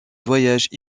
voyages